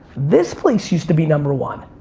this place used to be number one.